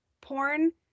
porn